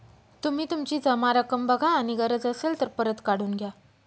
तुम्ही तुमची जमा रक्कम बघा आणि गरज असेल तर परत काढून घ्या